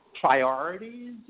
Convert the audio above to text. priorities